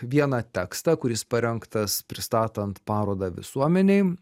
vieną tekstą kuris parengtas pristatant parodą visuomenei